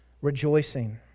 rejoicing